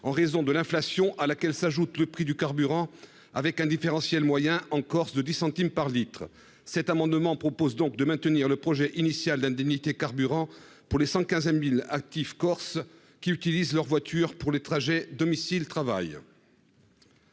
mais, par rapport au continent, le prix du carburant affiche un différentiel moyen de 10 centimes par litre. Cet amendement vise donc à maintenir le projet initial d'indemnité carburant pour les 115 000 actifs corses qui utilisent leur voiture pour les trajets domicile-travail.